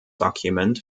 document